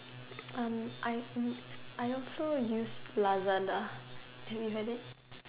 um I hm I also use Lazada have you have it